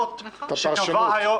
זה לא מגלה עילה.